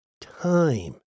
time